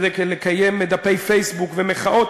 לקיים דפי פייסבוק ומחאות,